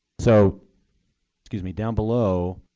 so excuse me, down below